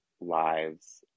lives